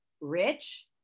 rich